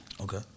Okay